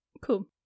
Cool